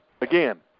Again